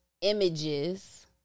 images